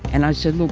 and i said look,